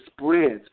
spreads